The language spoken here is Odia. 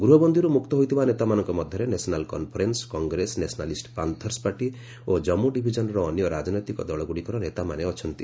ଗୃହବନ୍ଦୀରୁ ମୁକ୍ତ ହୋଇଥିବା ନେତାମାନଙ୍କ ମଧ୍ୟରେ National Conference Congress Nationalist Panthers Party ଓ ଜାମ୍ମୁ ଡିଭିଜନ୍ର ଅନ୍ୟ ରାଜନୈତିକ ଦଳଗୁଡ଼ିକର ନେତାମାନେ ଅଛନ୍ତି